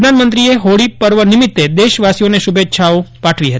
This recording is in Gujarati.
પ્રધાનમંત્રીએ હોળી પર્વ નિમિત્તે દેશવાસીઓને શુભેચ્છાઓ પાઠવી હતી